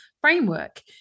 framework